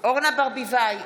אורנה ברביבאי,